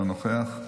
אינו נוכח,